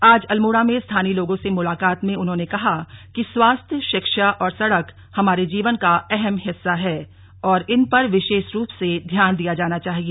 आज अल्मोड़ा में स्थानीय लोगों से मुलाकात में उन्होंने कहा कि स्वास्थ्य ि ाक्षा और सड़क हमारे जीवन का अहम हिस्सा हैं और इन पर विर्ष रूप से ध्यान दिया जाना चाहिए